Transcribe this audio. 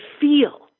feel